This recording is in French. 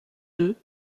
deux